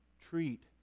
treat